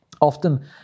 Often